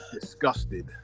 disgusted